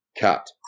Cut